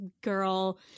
girl